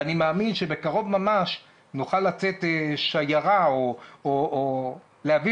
ואני מאמין שבקרוב ממש נוכל לצאת שיירה או להביא